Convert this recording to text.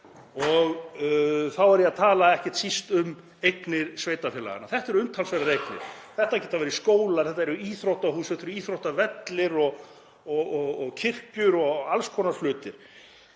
og þá er ég að tala ekki síst um eignir sveitarfélaganna. Þetta eru umtalsverðar eignir. Þetta geta verið skólar, þetta eru íþróttahús, þetta eru íþróttavellir og kirkjur og alls konar hlutir.